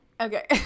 okay